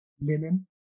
linen